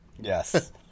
Yes